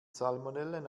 salmonellen